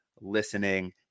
listening